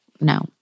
no